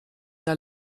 der